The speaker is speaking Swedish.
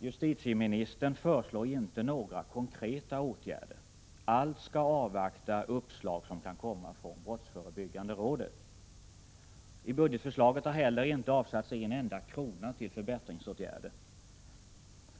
Justitieministern föreslår dock inte några konkreta åtgärder — han avvaktar uppslag som kan komma från brottsförebyggande rådet. I budgetförslaget har heller inte avsatts en enda krona till förbättringsåtgärder.